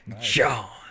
John